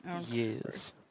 Yes